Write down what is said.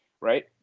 right